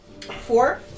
four